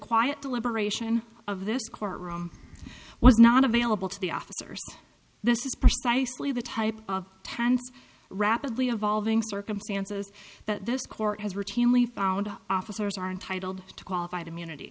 quiet deliberation of this courtroom was not available to the officers this is precisely the type of tense rapidly evolving circumstances that this court has routinely found officers are entitled to qualified immunity